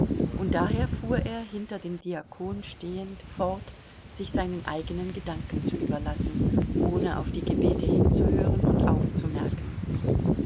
und daher fuhr er hinter dem diakon stehend fort sich seinen eigenen gedanken zu überlassen ohne auf die gebete hinzuhören und aufzumerken